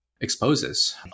exposes